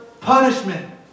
punishment